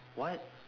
what